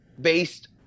based